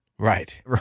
Right